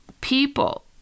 people